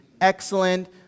excellent